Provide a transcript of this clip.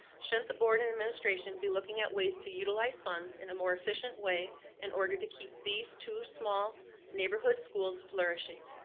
shouldn't the board and administration be looking at ways to utilize funds in a more efficient way in order to keep these two small neighborhood schools flourishing.